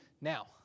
Now